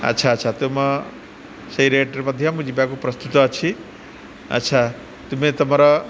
ଆଚ୍ଛା ଆଚ୍ଛା ତୁମ ସେଇ ରେଟ୍ରେ ମଧ୍ୟ ମୁଁ ଯିବାକୁ ପ୍ରସ୍ତୁତ ଅଛି ଆଚ୍ଛା ତୁମେ ତମର